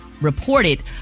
reported